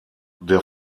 der